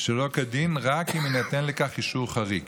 שלא כדין רק אם יינתן לכך אישור חריג.